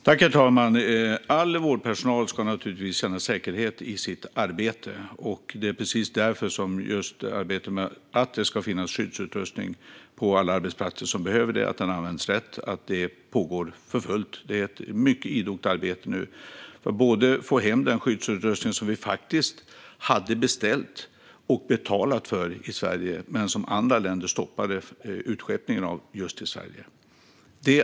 Herr talman! All vårdpersonal ska naturligtvis känna säkerhet i sitt arbete. Det är därför det pågår ett arbete för fullt för att se till att det finns skyddsutrustning som används rätt på alla arbetsplatser som behöver det. Det pågår ett mycket idogt arbete nu med att få hem den skyddsutrustning som vi faktiskt hade beställt och betalat för men som andra länder stoppade utskeppningen av till Sverige.